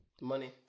Money